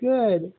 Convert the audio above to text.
Good